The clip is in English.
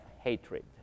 hatred